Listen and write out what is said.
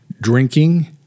drinking